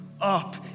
up